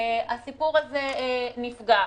הסיפור הזה נפגע.